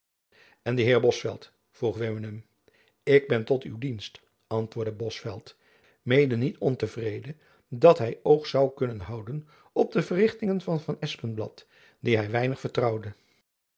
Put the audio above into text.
en de heer bosveldt vroeg wimmenum ik ben tot uw dienst antwoordde bosveldt mede niet ontevrede dat hy een oog zoû kunnen houden op de verrichtingen van van espenblad dien hy weinig vertrouwde